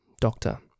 Doctor